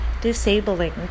disabling